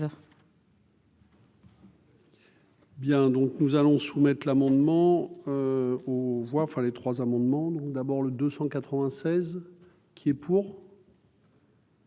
Bien, donc nous allons soumettre l'amendement aux voix, enfin les trois amendements donc d'abord le 296 qui est pour.